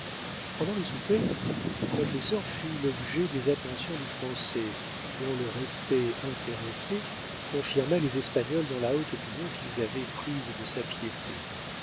pendant le souper le confesseur fut l'objet des attentions du français dont le respect intéressé confirma les espagnols dans la haute opinion qu'ils avaient prise de sa piété